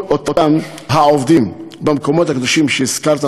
אותם עובדים במקומות הקדושים שהזכרת,